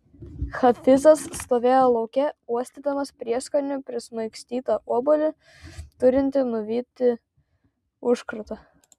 hafizas stovėjo lauke uostydamas prieskonių prismaigstytą obuolį turintį nuvyti užkratą